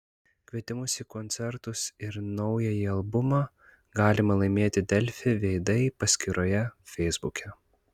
kvietimus į koncertus ir naująjį albumą galima laimėti delfi veidai paskyroje feisbuke